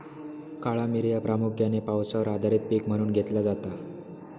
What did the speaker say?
काळा मिरी ह्या प्रामुख्यान पावसावर आधारित पीक म्हणून घेतला जाता